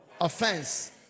Offense